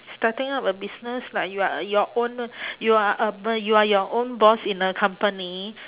starting up a business like you are your own lor you are a b~ you are your own boss in a company